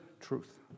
truth